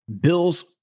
Bill's